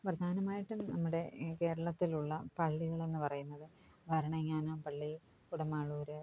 പ്രധാനമായിട്ടും നമ്മുടെ കേരളത്തിലുള്ള പള്ളികളെന്ന് പറയുന്നത് ഭരണങ്ങാന പള്ളി കുടമാളൂർ പിന്നെ